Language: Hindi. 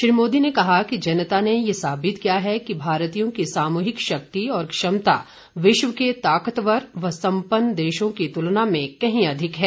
श्री मोदी ने कहा कि जनता ने यह साबित किया है कि भारतीयों की सामूहिक शक्ति और क्षमता विश्व के ताकतवर और सम्पन्न देशों की तुलना में कहीं अधिक हैं